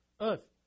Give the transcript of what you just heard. earth